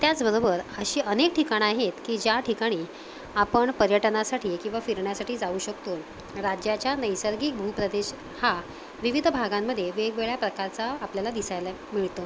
त्याचबरोबर अशी अनेक ठिकाणं आहेत की ज्या ठिकाणी आपण पर्यटनासाठी किंवा फिरण्यासाठी जाऊ शकतो राज्याच्या नैसर्गिक भूप्रदेश हा विविध भागांमध्ये वेगवेगळ्या प्रकारचा आपल्याला दिसायला मिळतो